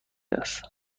است